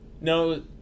No